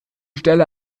stelle